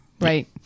Right